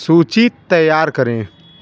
सूची तैयार करें